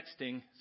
texting